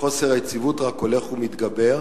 וחוסר היציבות רק הולך ומתגבר,